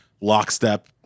lockstep